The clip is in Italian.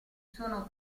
sono